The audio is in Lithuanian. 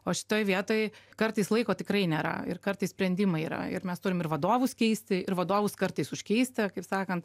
o šitoj vietoj kartais laiko tikrai nėra ir kartais sprendimai yra ir mes turim ir vadovus keisti ir vadovus kartais užkeisti kaip sakant